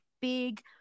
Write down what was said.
big